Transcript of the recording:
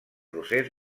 procés